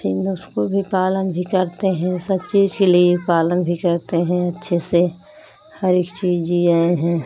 फिर उसको भी पालन भी करते हैं सब चीज़ के लिए पालन भी करते हैं अच्छे से हर एक चीज़ जियाएँ हैं